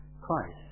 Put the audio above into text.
Christ